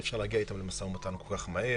אי-אפשר להגיע איתם למשא-ומתן כל כך מהר.